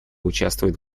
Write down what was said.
участвуют